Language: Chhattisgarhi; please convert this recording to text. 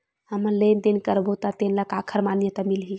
हमन लेन देन करबो त तेन ल काखर मान्यता मिलही?